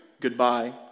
goodbye